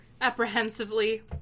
Apprehensively